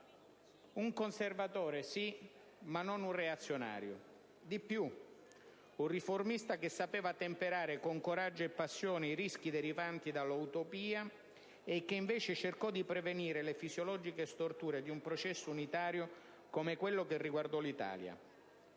Un conservatore sì, ma non un reazionario. Di più, un riformista che sapeva temperare con coraggio e passione i rischi derivanti dall'utopia e che invece cercò di prevenire le fisiologiche storture di un processo unitario come quello che riguardò l'Italia.